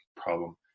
problem